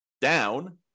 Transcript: down